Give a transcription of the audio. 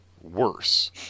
worse